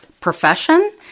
profession